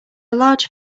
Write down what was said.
large